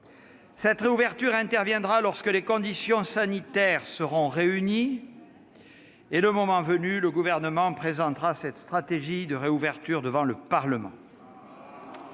Cette réouverture interviendra lorsque les conditions sanitaires seront réunies. Le moment venu, le Gouvernement présentera cette stratégie devant le Parlement.